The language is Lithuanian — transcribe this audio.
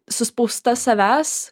suspausta savęs